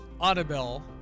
Audible